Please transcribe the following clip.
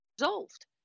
resolved